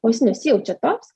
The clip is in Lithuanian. o jis nesijaučia toks